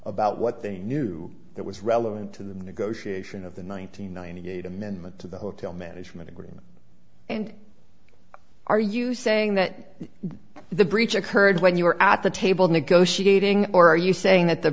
about what they knew that was relevant to the negotiation of the one nine hundred ninety eight amendment to the hotel management agreement and are you saying that the breach occurred when you were at the table negotiating or are you saying that the